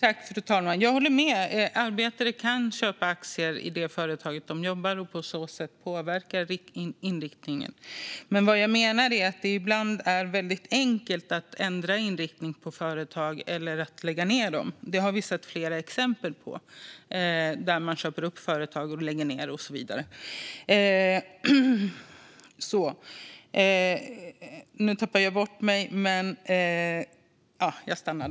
Fru talman! Jag håller med om att arbetare kan köpa aktier i det företag de jobbar i och på så sätt påverka inriktningen. Men vad jag menar är att det ibland är enkelt att ändra inriktning på företag eller att lägga ned dem. Vi har sett flera exempel på att företag köps upp och sedan läggs ned.